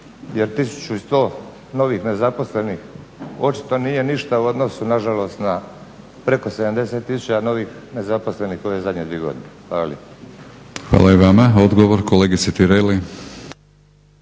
jer 1100 novih nezaposlenih očito nije ništa u odnosu nažalost na preko 70 tisuća novih nezaposlenih u ove zadnje dvije godine. Hvala